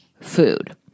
food